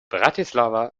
bratislava